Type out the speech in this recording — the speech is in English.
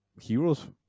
heroes